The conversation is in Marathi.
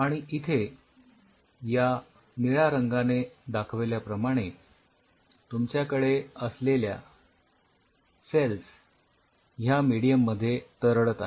आणि इथे या निळ्या रंगाने दाखविल्याप्रमाणे तुमच्याकडे असलेल्या सेल्स ह्या मेडीयम मध्ये तरळत आहेत